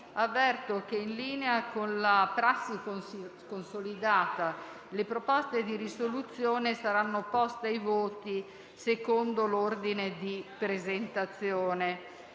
avverto che, in linea con una prassi consolidata, le proposte di risoluzione saranno poste ai voti secondo l'ordine di presentazione